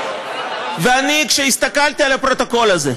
ואני, כשהסתכלתי על הפרוטוקול הזה,